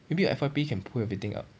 maybe your F_Y_P can pull everything up